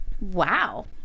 Wow